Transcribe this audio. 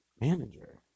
manager